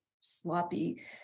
sloppy